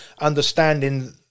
understanding